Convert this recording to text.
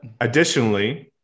Additionally